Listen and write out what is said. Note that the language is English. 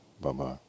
Bye-bye